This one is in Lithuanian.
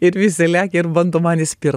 ir visi lekia ir bando man įspirt